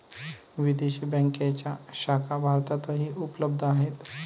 विदेशी बँकांच्या शाखा भारतातही उपलब्ध आहेत